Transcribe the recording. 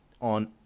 on